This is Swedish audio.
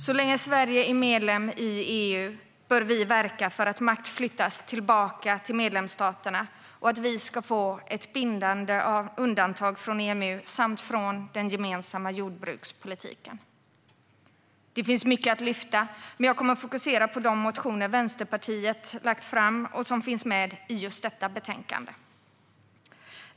Så länge Sverige är medlem i EU bör vi verka för att makt flyttas tillbaka till medlemsstaterna och att vi ska få ett bindande undantag från EMU samt från den gemensamma jordbrukspolitiken. Det finns mycket att lyfta men jag kommer att fokusera på de motioner som Vänsterpartiet väckt och som behandlas i detta betänkande.